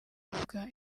rubuga